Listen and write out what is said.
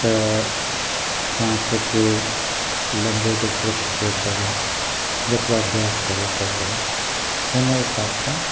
त सांस खे लंबो जेतिरो खिचे सघां जेतिरो अभ्यास करे सघां हुन हिसाब सां